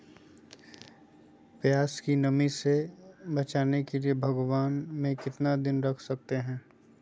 प्यास की नामी से बचने के लिए भगवान में कितना दिन रख सकते हैं?